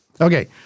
Okay